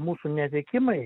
mūsų netekimai